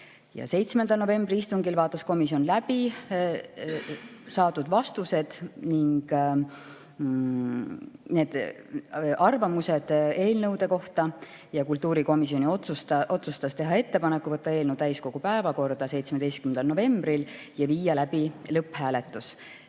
7. novembri istungil vaatas komisjon läbi saadud vastused ning arvamused eelnõu kohta ja kultuurikomisjon otsustas teha ettepaneku võtta eelnõu täiskogu päevakorda 17. novembril ja viia läbi lõpphääletus.